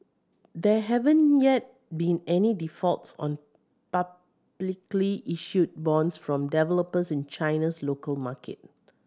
there haven't yet been any defaults on publicly issued bonds from developers in China's local market